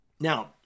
Now